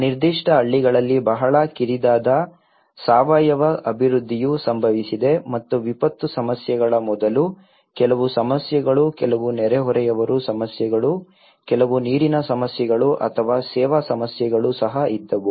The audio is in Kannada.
ಆ ನಿರ್ದಿಷ್ಟ ಹಳ್ಳಿಗಳಲ್ಲಿ ಬಹಳ ಕಿರಿದಾದ ಸಾವಯವ ಅಭಿವೃದ್ಧಿಯು ಸಂಭವಿಸಿದೆ ಮತ್ತು ವಿಪತ್ತು ಸಮಸ್ಯೆಗಳ ಮೊದಲು ಕೆಲವು ಸಮಸ್ಯೆಗಳು ಕೆಲವು ನೆರೆಹೊರೆಯವರ ಸಮಸ್ಯೆಗಳು ಕೆಲವು ನೀರಿನ ಸಮಸ್ಯೆಗಳು ಅಥವಾ ಸೇವಾ ಸಮಸ್ಯೆಗಳು ಸಹ ಇದ್ದವು